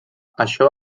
això